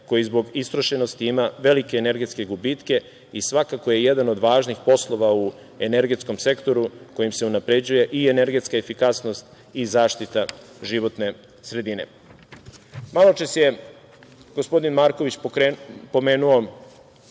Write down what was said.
koji zbog istrošenosti ima velike energetske gubitke i svakako je jedan od važnih poslova u energetskom sektoru kojim se unapređuje i energetska efikasnost i zaštita životne sredine. Maločas je gospodin Marković pomenuo